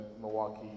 Milwaukee